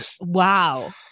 wow